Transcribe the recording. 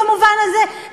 במובן הזה,